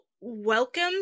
welcome